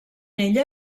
ella